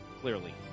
clearly